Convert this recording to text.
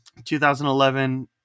2011